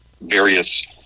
various